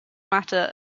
matter